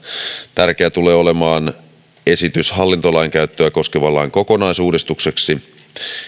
tärkeä tulee olemaan esitys hallintolainkäyttöä koskevan lain kokonaisuudistukseksi